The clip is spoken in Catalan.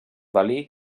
dalí